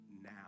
now